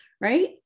right